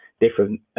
different